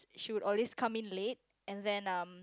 she would always come in late and then um